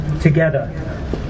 together